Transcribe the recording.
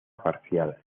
parcial